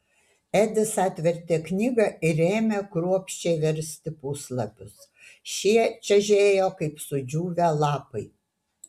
edis atvertė knygą ir ėmė kruopščiai versti puslapius šie čežėjo kaip sudžiūvę lapai